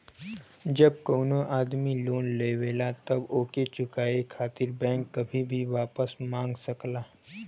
जब कउनो आदमी लोन लेवला तब ओके चुकाये खातिर बैंक कभी भी वापस मांग सकला